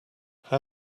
how